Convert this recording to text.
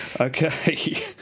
okay